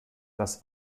das